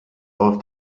auf